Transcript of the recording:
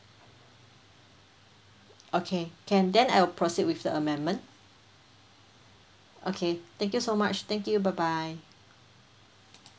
okay can then I'll proceed with the amendment okay thank you so much thank you bye bye